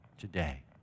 today